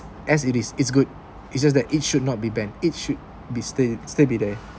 as it is it's good it's just that it should not be banned it should be stay stay be there